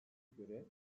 göre